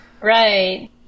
Right